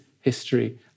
history